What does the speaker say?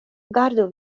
gardu